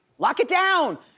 lock it down.